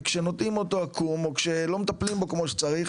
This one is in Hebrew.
וכשנוטעים אותו עקום או כשלא מטפלים בו כמו שצריך,